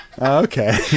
Okay